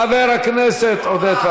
חבר הכנסת עודד פורר,